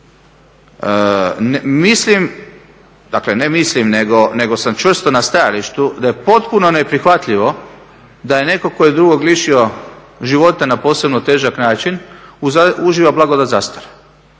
mislim, dakle ne mislim nego sam čvrsto na stajalištu da je potpuno neprihvatljivo da je netko tko je drugog lišio života na posebno težak način uživa blagodat zastare